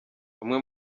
umwe